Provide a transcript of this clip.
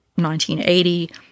1980